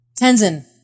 Tenzin